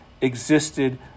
existed